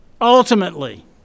ultimately